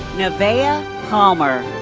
nevaeh ah palmer.